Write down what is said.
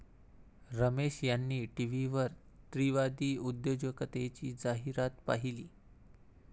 रमेश यांनी टीव्हीवर स्त्रीवादी उद्योजकतेची जाहिरात पाहिली